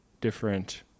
different